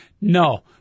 No